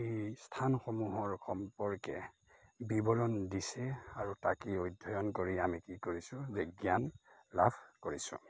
এই স্থানসমূহৰ সম্পৰ্কে বিৱৰণ দিছে আৰু তাকে অধ্যয়ন কৰি আমি কি কৰিছোঁ যে জ্ঞান লাভ কৰিছোঁ